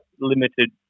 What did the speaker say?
limited